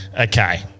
Okay